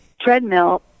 treadmill